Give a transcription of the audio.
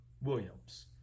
Williams